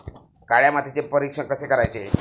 काळ्या मातीचे परीक्षण कसे करायचे?